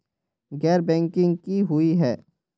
गैर बैंकिंग की हुई है?